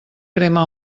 crema